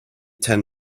ten